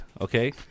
okay